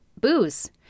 booze